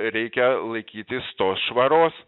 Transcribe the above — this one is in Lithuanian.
reikia laikytis tos švaros